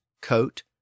coat